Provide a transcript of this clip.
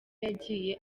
yagiye